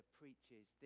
preaches